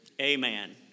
Amen